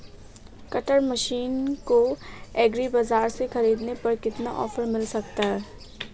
Cutter machine को agri बाजार से ख़रीदने पर कितना ऑफर मिल सकता है?